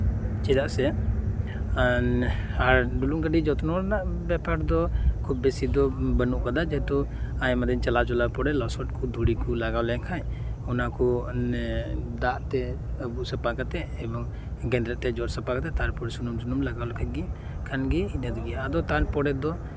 ᱪᱮᱫᱟᱜ ᱥᱮ ᱰᱩᱞᱩᱝ ᱜᱟᱹᱰᱤ ᱡᱚᱛᱱᱚ ᱨᱮᱱᱟᱜ ᱵᱮᱯᱟᱨ ᱫᱚ ᱟᱹᱰᱤ ᱡᱟᱹᱥᱛᱤ ᱫᱚ ᱵᱟᱹᱱᱩᱜ ᱟᱠᱟᱫᱟ ᱪᱮᱫᱟᱜ ᱥᱮ ᱟᱭᱢᱟᱫᱤᱱ ᱪᱟᱞᱟᱣ ᱪᱟᱞᱟᱣ ᱛᱟᱭᱚᱢ ᱞᱚᱥᱚᱫᱠᱩ ᱫᱷᱩᱲᱤ ᱠᱩ ᱞᱟᱜᱟᱣ ᱞᱮᱱᱠᱷᱟᱡ ᱚᱱᱟᱠᱩ ᱫᱟᱜᱛᱮ ᱟᱹᱵᱩᱜ ᱥᱟᱯᱟ ᱠᱟᱛᱮᱫ ᱜᱮᱸᱫᱨᱮᱡ ᱛᱮ ᱡᱚᱫ ᱥᱟᱯᱟ ᱠᱟᱛᱮᱫ ᱛᱟᱨᱯᱚᱨᱮ ᱥᱩᱱᱩᱢ ᱞᱟᱜᱟᱣ ᱞᱮᱠᱷᱟᱡ ᱜᱤ ᱠᱷᱟᱱᱜᱤ ᱤᱱᱟᱹᱛᱮᱜᱤ ᱟᱫᱚ ᱚᱱᱟᱛᱟᱭᱚᱢ